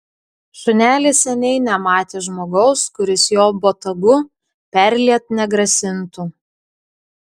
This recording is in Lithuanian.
šunelis seniai nematė žmogaus kuris jo botagu perliet negrasintų